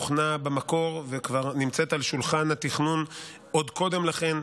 הוכנה במקור וכבר נמצאת על שולחן התכנון עוד קודם לכן,